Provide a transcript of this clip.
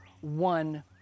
one